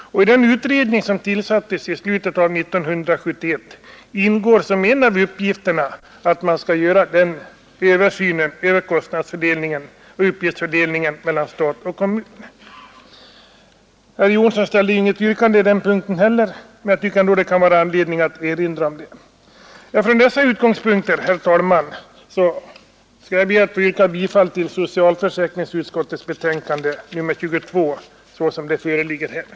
Den utredning som tillsattes i slutet av år 1971 har bl.a. till uppgift att göra en översyn av kostnadsfördelningen mellan stat och kommun. Herr Jonsson ställde inget yrkande på den punkten, men jag tycker det kan finnas anledning att erinra om detta. Från dessa utgångspunkter, herr talman, ber jag att få yrka bifall till socialförsäkringsutskottets hemställan i betänkande nr 22.